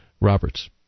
Roberts